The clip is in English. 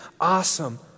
awesome